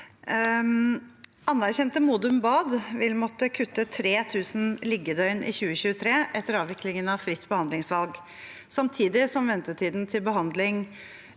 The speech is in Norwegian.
Anerkjente Modum bad vil måtte kutte 3 000 liggedøgn i 2023 etter avviklingen av fritt behandlingsvalg, samtidig som ventetiden til behandling